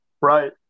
Right